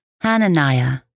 Hananiah